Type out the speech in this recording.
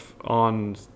on